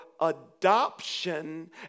adoption